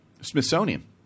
Smithsonian